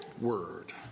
word